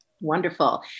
Wonderful